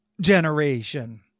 generation